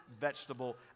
vegetable